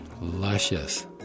luscious